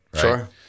Sure